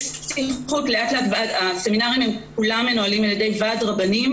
יש פתיחות והסמינרים כולם מנוהלים על ידי ועד רבנים